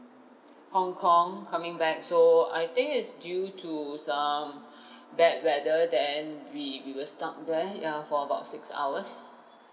hong kong coming back so I think it's due to some bad weather then we we were stuck there yeah for about six hours